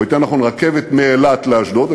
או יותר נכון רכבת מאילת לאשדוד,